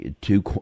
two